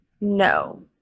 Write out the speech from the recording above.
No